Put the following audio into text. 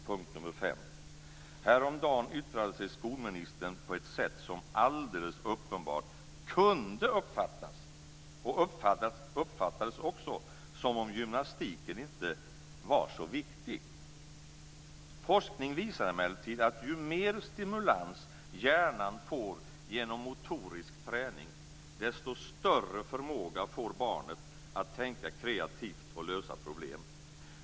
Punkt nr 5: Häromdagen yttrade sig skolministern på ett sätt som alldeles uppenbart kunde uppfattas - och uppfattades också - som att gymnastik inte var så viktigt. Forskning visar emellertid att ju mer stimulans hjärnan får genom motorisk träning, desto större förmåga får barnet att tänka kreativt och lösa problem.